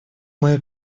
мое